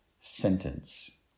sentence